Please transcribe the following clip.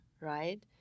right